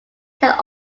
head